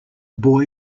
boy